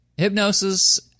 Hypnosis